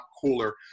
cooler